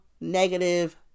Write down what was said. negative